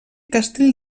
castell